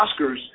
Oscars